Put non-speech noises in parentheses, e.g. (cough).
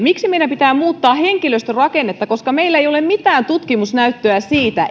(unintelligible) miksi meidän pitää muuttaa henkilöstörakennetta koska meillä ei ole mitään tutkimusnäyttöä siitä